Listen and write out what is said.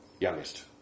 Youngest